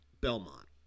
Belmont